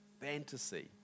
fantasy